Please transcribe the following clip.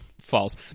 false